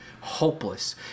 hopeless